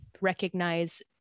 recognize